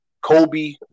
Kobe